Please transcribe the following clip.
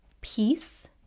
peace